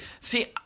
see